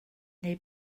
neu